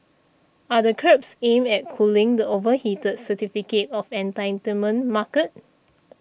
are the curbs aimed at cooling the overheated certificate of entitlement market